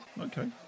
okay